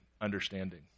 understanding